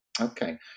Okay